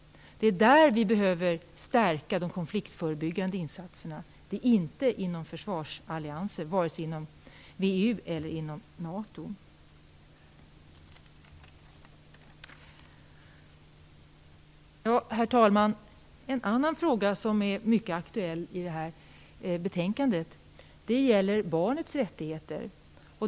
Det är där vi behöver stärka de konfliktförebyggande insatserna, inte inom försvarsallianser, vare sig inom VEU eller inom NATO. Herr talman! En annan fråga som är mycket aktuell i det här betänkandet gäller barnets rättigheter.